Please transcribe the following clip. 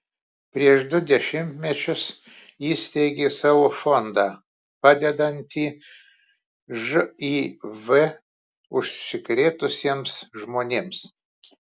prieš du dešimtmečius įsteigė savo fondą padedantį živ užsikrėtusiems žmonėms